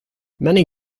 many